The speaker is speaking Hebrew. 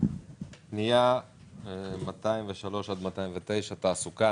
פנייה 203 עד 209 תעסוקה.